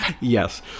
Yes